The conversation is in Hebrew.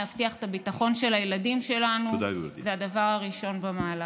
להבטיח את הביטחון של הילדים שלנו זה הדבר הראשון במעלה.